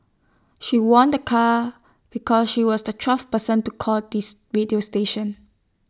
she won the car because she was the twelfth person to call this radio station